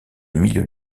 milieu